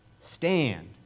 Stand